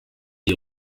die